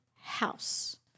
house